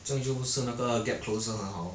这样不是那个 gap closer 和好 lor